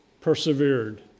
persevered